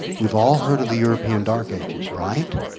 we've all heard the european dark ages, right?